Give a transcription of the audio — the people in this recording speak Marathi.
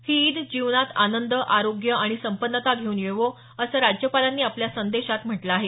ही ईद जीवनात आनंद आरोग्य आणि संपन्नता घेऊन येवो असं राज्यपालांनी आपल्या संदेशात म्हटलं आहे